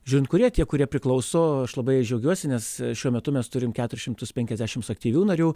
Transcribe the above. žiūrint kurie tie kurie priklauso aš labai džiaugiuosi nes šiuo metu mes turim keturis šimtus penkiasdešims aktyvių narių